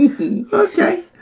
Okay